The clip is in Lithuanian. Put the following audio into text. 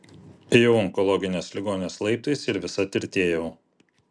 ėjau onkologinės ligoninės laiptais ir visa tirtėjau